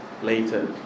later